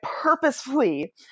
purposefully